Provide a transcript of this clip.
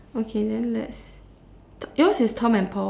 okay then let's yours is Tom and Paul's